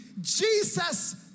Jesus